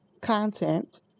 content